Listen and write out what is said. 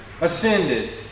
ascended